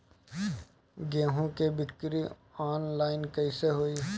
गेहूं के बिक्री आनलाइन कइसे होई?